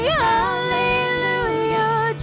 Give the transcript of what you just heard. hallelujah